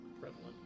Prevalent